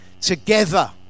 together